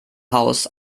haus